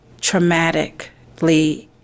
traumatically